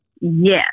Yes